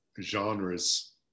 genres